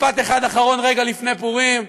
ומשפט אחד אחרון רגע לפני פורים: